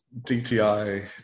DTI